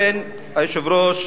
ולכן, היושב-ראש,